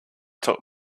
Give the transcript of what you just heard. taught